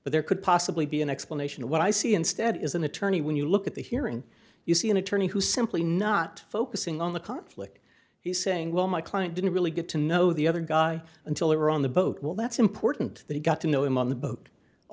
but there could possibly be an explanation of what i see instead is an attorney when you look at the here and you see an attorney who simply not focusing on the conflict he's saying well my client didn't really get to know the other guy until they were on the boat well that's important that he got to know him on the boat